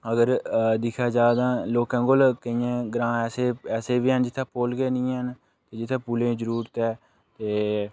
अगर दिक्खे जा तां लोकें कोल केइयें ग्रांऽ ऐसे ऐसे बी हैन जि'त्थें पुल गै निं हैन जि'त्थें पुलें ई जरूरत ऐ ते